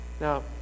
Now